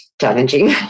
challenging